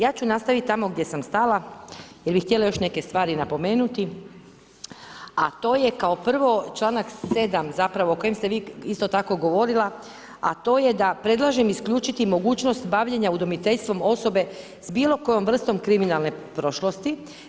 Ja ću nastaviti tamo gdje sam stala, jer bi htjela još neke stvari napomenuti, a to je kao prvo članak 7. zapravo, o kojem ste vi isto tako govorila, a to je da predlažem isključiti mogućnost, bavljenja udomiteljstva osobe s bilo kojom vrstom kriminalne prošlosti.